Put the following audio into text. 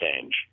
change